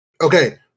Okay